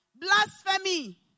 blasphemy